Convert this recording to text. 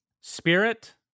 Spirit